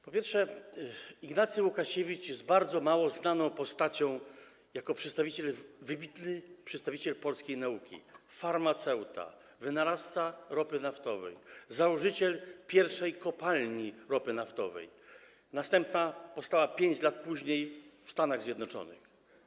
Po pierwsze, Ignacy Łukasiewicz jest bardzo mało znaną postacią, a to wybitny przedstawiciel polskiej nauki, farmaceuta, wynalazca zastosowań ropy naftowej, założyciel pierwszej kopalni ropy naftowej, bo następna powstała 5 lat później w Stanach Zjednoczonych.